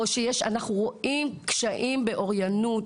אנחנו רואים קשיים באוריינות,